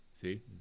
See